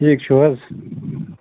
ٹھیٖک چھِو حظ